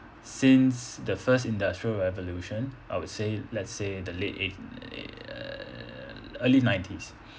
since the first industrial revolution I would say let's say the late eight err early nineties